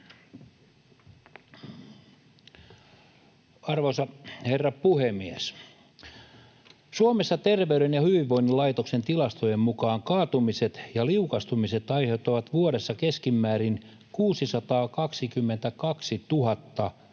Arvoisa herra puhemies! Suomessa Terveyden ja hyvinvoinnin laitoksen tilastojen mukaan kaatumiset ja liukastumiset aiheuttivat vuodessa keskimäärin 622 000